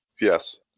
Yes